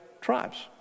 tribes